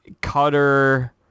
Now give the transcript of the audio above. Cutter